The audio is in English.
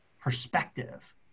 perspective